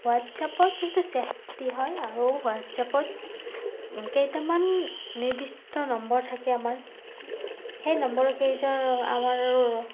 হোৱাটছ্এপত কিন্তু ছেফ্টি হয় আৰু হোৱাটছ্এপত কেইটামান নিৰ্দিষ্ট নম্বৰ থাকে আমাৰ সেই নম্বৰকেইটা আমাৰো